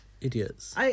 Idiots